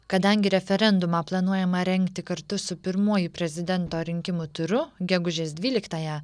kadangi referendumą planuojama rengti kartu su pirmuoju prezidento rinkimų turu gegužės dvyliktąją